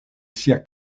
sia